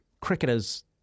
Cricketers